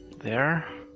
there.